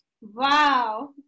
Wow